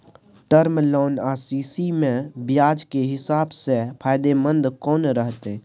Term loan आ CC म ब्याज के हिसाब से फायदेमंद कोन रहते?